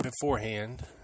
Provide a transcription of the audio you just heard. beforehand